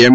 એમ